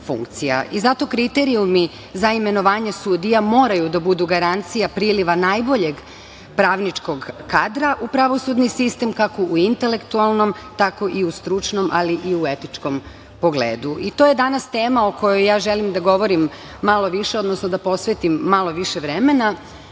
Zato kriterijumi za imenovanje sudija moraju da budu garancija priliva najboljeg pravničkog kadra u pravosudni sistem kako u intelektualnom, tako i u stručnom, ali i u etičkom pogledu. To je danas tema o kojoj želim da govorim malo više, odnosno da posvetim malo više vremena. Naime,